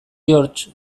george